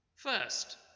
First